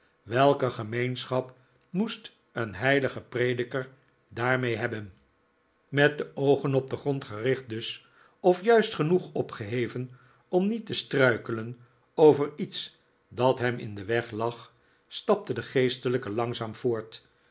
welke gemeenschap moest een heilig prediker daarmee hebben met de oogen op den grond gericht dus of juist genoeg opgeheven om niet te struikelen over iets dat hem in den weg lag stapte de geestelijke langzaam voort